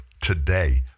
today